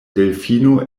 delfino